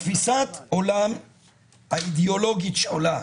תפיסת העולם האידיאולוגית שעולה